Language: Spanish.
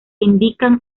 indican